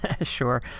Sure